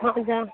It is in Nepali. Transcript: हजुर